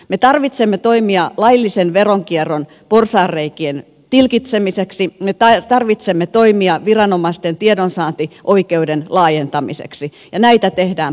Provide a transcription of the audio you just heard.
me tarvitsemme toimia laillisen veronkierron porsaanreikien tilkitsemiseksi me tarvitsemme toimia viranomaisten tiedonsaantioikeuden laajentamiseksi ja näitä tehdään parhaillaan